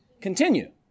Continue